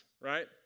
right